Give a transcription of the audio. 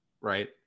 right